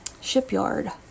shipyard